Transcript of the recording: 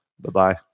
Bye-bye